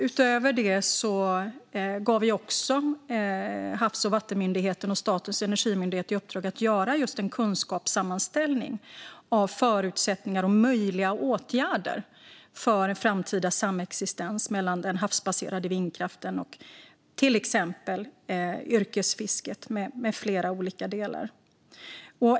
Utöver detta gav vi också Havs och vattenmyndigheten och Statens energimyndighet i uppdrag att göra en kunskapssammanställning gällande förutsättningar och möjliga åtgärder för en framtida samexistens mellan den havsbaserade vindkraften och till exempel yrkesfisket med flera.